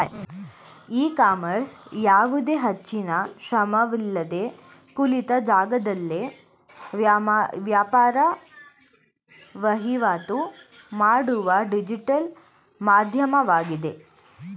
E commerce ಯಾವುದೇ ಹೆಚ್ಚಿನ ಶ್ರಮವಿಲ್ಲದೆ ಕುಳಿತ ಜಾಗದಲ್ಲೇ ವ್ಯಾಪಾರ ವಹಿವಾಟು ಮಾಡುವ ಡಿಜಿಟಲ್ ಮಾಧ್ಯಮವಾಗಿದೆ